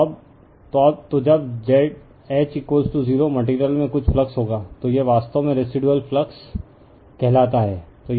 तो जब H 0 material में कुछ फ्लक्स होगा तो यह वास्तव में रेसिदुअल फ्लक्स कहलाता है